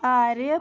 Arif